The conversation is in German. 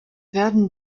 werden